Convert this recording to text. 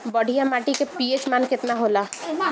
बढ़िया माटी के पी.एच मान केतना होला?